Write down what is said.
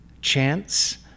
chance